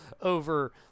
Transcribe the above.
over